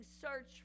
search